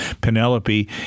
Penelope